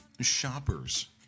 shoppers